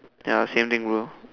ya same thing bro